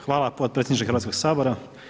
Hvala potpredsjedniče Hrvatskoga sabora.